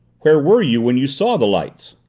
where were you when you saw the lights?